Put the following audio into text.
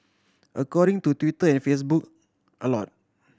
according to Twitter and Facebook a lot